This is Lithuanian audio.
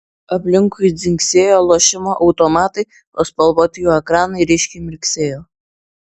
aplinkui dzingsėjo lošimo automatai o spalvoti jų ekranai ryškiai mirksėjo